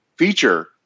Feature